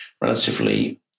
relatively